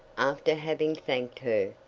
after having thanked her,